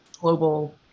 global